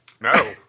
No